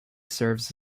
serves